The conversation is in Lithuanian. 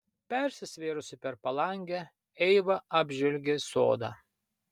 persisvėrusi per palangę eiva apžvelgė sodą